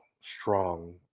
strong